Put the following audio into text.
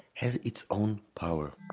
has its own power.